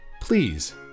please